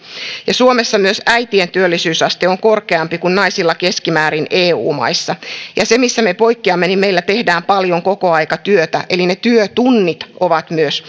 suomessa myös äitien työllisyysaste on korkeampi kuin naisilla keskimäärin eu maissa ja se missä me poikkeamme meillä tehdään paljon kokoaikatyötä eli myös ne työtunnit ovat